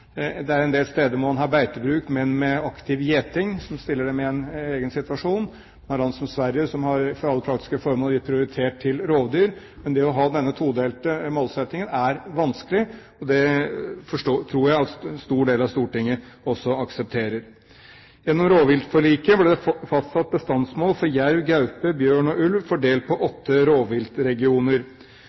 Det er en del steder man har beitebruk, men med aktiv gjeting, som stiller dem i en egen situasjon, med land som Sverige, som for alle praktiske formål har gitt prioritet til rovdyr. Men det å ha denne todelte målsettingen er vanskelig. Det tror jeg en stor del av Stortinget også aksepterer. Gjennom rovviltforliket ble det fastsatt bestandsmål for jerv, gaupe, bjørn og ulv fordelt på åtte rovviltregioner.